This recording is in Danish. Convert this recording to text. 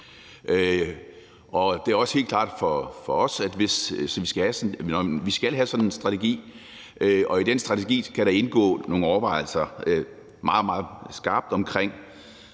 Det er helt klart for os, at vi skal have sådan en strategi, og i den strategi skal der indgå nogle overvejelser meget, meget skarpt omkring